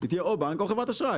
היא תהיה או בנק או חברת אשראי.